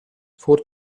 four